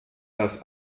das